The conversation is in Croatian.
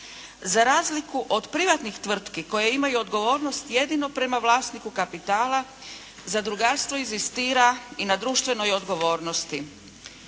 Za razliku od privatnih tvrtki koje imaju odgovornost jedino prema vlasniku kapitala, zadrugarstvo inzistira i na društvenoj odgovornosti.